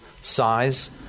size